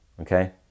okay